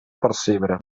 percebre